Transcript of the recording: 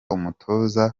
umutoza